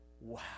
wow